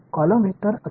column vector असेल